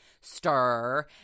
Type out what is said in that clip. stir